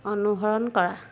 অনুসৰণ কৰা